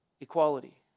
Equality